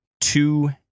two